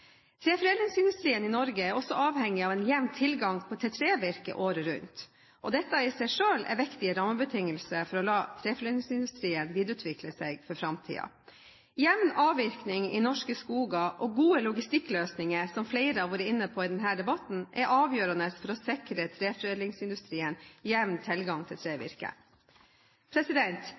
Treforedlingsindustrien i Norge er også avhengig av en jevn tilgang på trevirke året rundt. Dette i seg selv er en viktig rammebetingelse for å la treforedlingsindustrien videreutvikle seg for framtiden. Jevn avvirkning i norske skoger og gode logistikkløsninger, som flere har vært inne på i denne debatten, er avgjørende for å sikre treforedlingsindustrien jevn tilgang på trevirke.